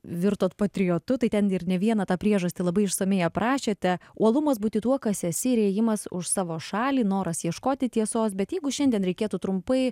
virtot patriotu tai ten ir ne vieną tą priežastį labai išsamiai aprašėte uolumas būti tuo kas esi ir ėjimas už savo šalį noras ieškoti tiesos bet jeigu šiandien reikėtų trumpai